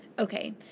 Okay